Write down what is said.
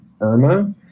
Irma